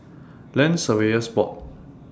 Land Surveyors Board